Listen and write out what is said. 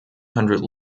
hundred